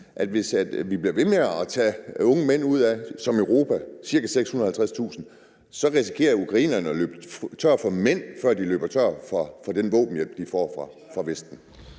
som Europa bliver ved med at tage unge mænd ud, ca. 650.000 mænd, så risikerer ukrainerne at løbe tør for mænd, før de løber tør for den våbenhjælp, de får fra Vesten?